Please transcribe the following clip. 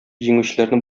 җиңүчеләрне